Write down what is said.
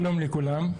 שלום לכולם,